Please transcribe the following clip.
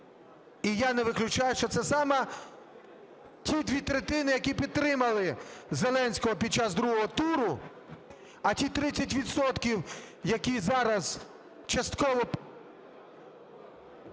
І я не виключаю, що це саме ті дві третини, які підтримали Зеленського під час другого туру. А ті 30 відсотків, які зараз частково…